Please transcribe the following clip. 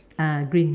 uh green